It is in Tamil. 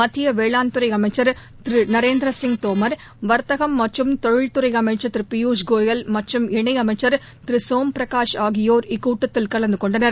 மத்திய வேளாண்துறை அமைச்சர் திரு நரேந்திர சிங் தோமர் வர்த்தகம் மற்றும் தொழில்துறை அமைச்சர் திரு பியூஷ் கோயல் மற்றும் இணையமைச்சர் திரு சோம்பிரகாஷ் ஆகியோர் இக்கூட்டத்தில் கலந்து கொண்டனர்